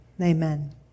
Amen